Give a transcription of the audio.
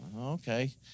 Okay